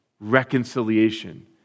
reconciliation